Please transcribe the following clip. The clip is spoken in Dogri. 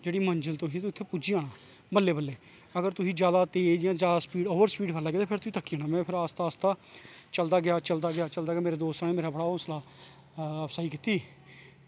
जेह्ड़ी मंजल ही उत्थें पुज्जी जाना हा बल्लें बल्लें अगर तुसीं जादा तेज जां जादा स्पीड ओवर स्पीड फड़ी लैंदे ते हे ते तुस थक्की जाना में फिर आस्ता आस्ता चलदा गेआ चलदा गेआ चलदा गेआ मेरे दोस्तें बढ़ाया मेरा हौंसला अफज़ाई कीती